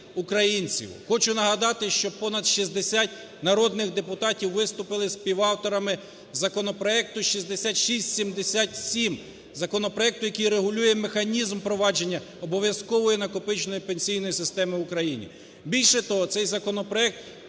Хочу нагадати, що понад 60 народних депутатів виступили співавторами законопроекту 6677, законопроекту, який регулює механізм впровадження обов'язкової накопичувальної пенсійної системи в Україні.